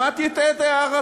שמעתי את הערתך,